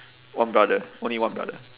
one brother only one brother